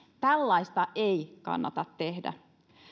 tällaista ei kannata tehdä